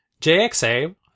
JXA